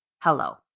hello